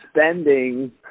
spending